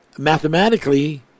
Mathematically